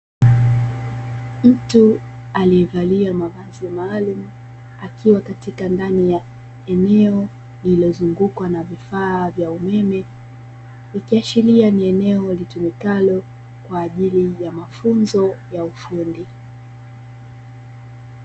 Mtu aliyevalia mavazi maalumu akiwa katika ndani ya eneo lililozungukwa na vifaa vya umeme, likiashiria ni eneo litumikalo kwa ajili ya mafunzo ya ufundi.